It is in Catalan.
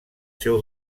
seu